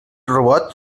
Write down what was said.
robot